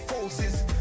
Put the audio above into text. forces